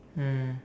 mm